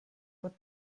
what